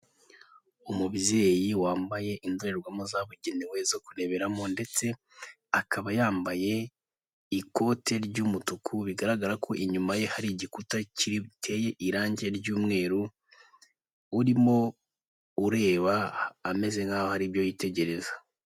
Umubyeyi wambaye indorerwamo zabugenewe zo kureberamo, ndetse akaba yambaye ikote ry'umutuku bigaragara ko inyuma ye hari igikuta kiteye irangi ry'umweru. Urimo ureba ameze nk'aho hari ibyo yitegereza.